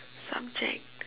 subject